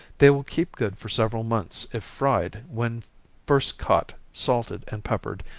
they will keep good for several months if fried when first caught, salted and peppered,